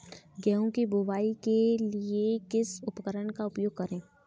गेहूँ की बुवाई के लिए किस उपकरण का उपयोग करें?